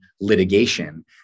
litigation